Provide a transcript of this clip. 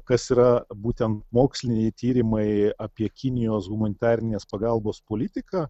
kas yra būtent moksliniai tyrimai apie kinijos humanitarinės pagalbos politiką